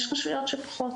יש רשויות שפחות.